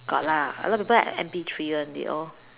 got lah a lot of people have M_P three [one] they all